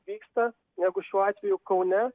vyksta negu šiuo atveju kaune